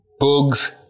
Boogs